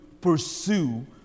pursue